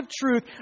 truth